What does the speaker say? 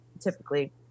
typically